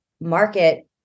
market